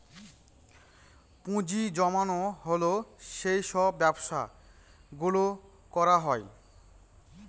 পুঁজি জমানো হয় সেই সব ব্যবসা গুলো করা হয়